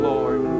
Lord